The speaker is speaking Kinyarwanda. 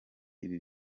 ibi